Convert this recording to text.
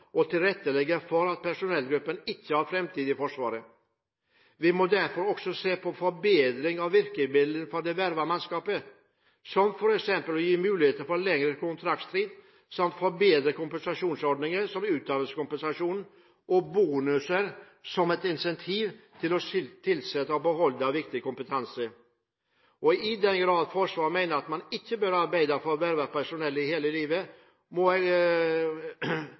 og tilrettelegger for at personellgruppen ikke har en framtid i Forsvaret. Vi må derfor også se på forbedring av virkemidlene for det vervede mannskapet, som f.eks. å gi muligheter til lengre kontraktstid samt forbedrede kompensasjonsordninger, som utdanningskompensasjon og bonuser, som et incentiv til å tilsette og beholde viktig kompetanse. I den grad Forsvaret mener at man ikke bør arbeide som vervet personell hele livet,